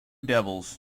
devils